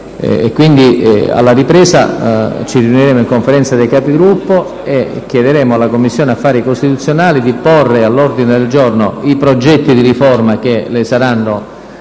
Alla ripresa ci riuniremo in Conferenza dei Capigruppo e chiederemo alla Commissione affari costituzionali di porre all'ordine del giorno i progetti di riforma che le saranno stati